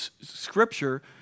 scripture